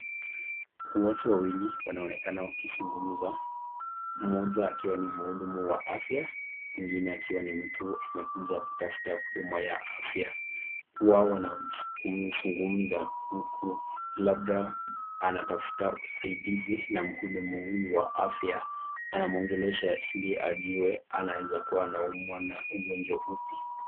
Watu wawili wanaoneka wakizungumza moja akiwa mhudumu wa afya mwengine akiwa ni mtu amekuja kutafuta huduma wa afya wao wanazungumza huku labda anatafuta usadizi na muhudumu huyu wa afya anamuongelesha hili ajue kuwa anaeza anaumwa na ugonjwa hupi.